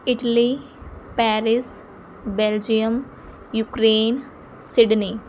Italy Paris Belgium Ukraine Sydney